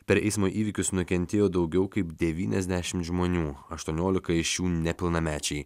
per eismo įvykius nukentėjo daugiau kaip devyniasdešimt žmonių aštuoniolika iš jų nepilnamečiai